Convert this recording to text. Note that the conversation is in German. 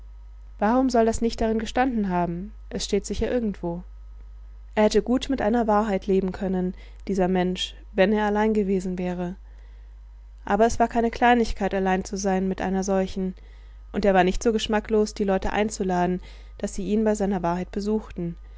warum soll das nicht darin gestanden haben es steht sicher irgendwo er hätte gut mit einer wahrheit leben können dieser mensch wenn er allein gewesen wäre aber es war keine kleinigkeit allein zu sein mit einer solchen und er war nicht so geschmacklos die leute einzuladen daß sie ihn bei seiner wahrheit besuchten